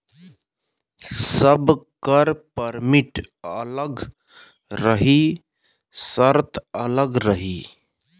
सबकर परमिट अलग रही सर्त अलग रही